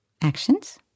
actions